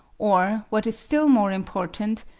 or what is still more important,